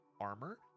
armor